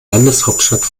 landeshauptstadt